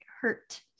hurt